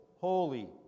holy